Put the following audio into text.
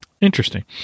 interesting